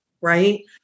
Right